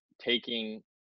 taking